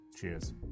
Cheers